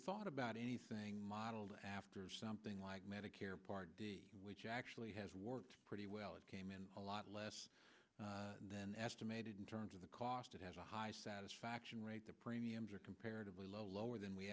thought about anything modeled after something like medicare part d which actually has worked pretty well it came in a lot less than estimated in terms of the cost it has a high satisfaction rate the premiums are comparatively low lower than we